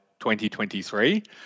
2023